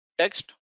text